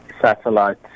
satellite